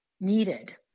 needed